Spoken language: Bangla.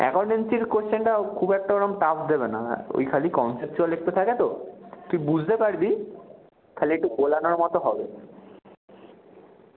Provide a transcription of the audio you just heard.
অ্যাকাউন্টেন্সির কোশ্চেনটা খুব একটা ওরম টাফ দেবে না হ্যাঁ ওই খালি কনসেপচুয়াল একটু থাকে তো তুই বুঝতে পারবি খালি একটু গোলানোর মতো হবে